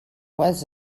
was